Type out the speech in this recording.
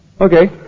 Okay